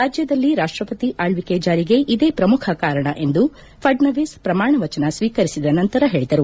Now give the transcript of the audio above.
ರಾಜ್ಯದಲ್ಲಿ ರಾಷ್ಯಪತಿ ಆಲ್ಲಕೆ ಜಾರಿಗೆ ಇದೇ ಪ್ರಮುಖ ಕಾರಣ ಎಂದು ಫಡ್ನವಿಸ್ ಪ್ರಮಾಣ ವಚನ ಸ್ತೀಕರಿಸಿದ ನಂತರ ಹೇಳಿದರು